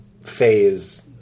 phase